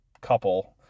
couple